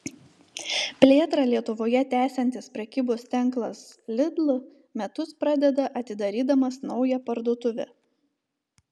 plėtrą lietuvoje tęsiantis prekybos tinklas lidl metus pradeda atidarydamas naują parduotuvę